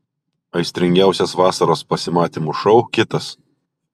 aistringiausias vasaros pasimatymų šou kitas